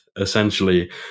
essentially